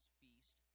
feast